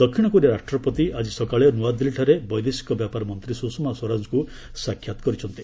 ଦକ୍ଷିଣ କୋରିଆ ରାଷ୍ଟ୍ରପତି ଆଜି ସକାଳେ ନୂଆଦିଲ୍ଲୀଠାରେ ବୈଦେଶିକ ବ୍ୟାପାର ମନ୍ତ୍ରୀ ସୁଷମା ସ୍ୱରାଜଙ୍କୁ ସାକ୍ଷାତ କରିଛନ୍ତି